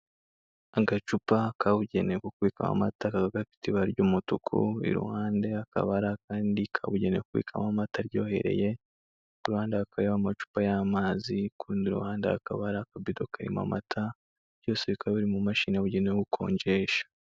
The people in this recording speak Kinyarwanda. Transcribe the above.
Agacupa kabugenewe ko kubikamo amata kakaba gafite ibara ry'umutuku, iruhande hakaba hari akandi kabugenewe kubika mo amata aryohereye ku ruhanda hakaba hariho amacupa y'amazi, ku rundi ruhande hakaba hari akabido k'amata byose bikaba biri mu mashini yabugenewe gukonjesha.